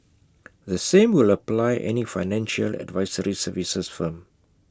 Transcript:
the same will apply any financial advisory services firm